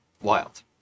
wild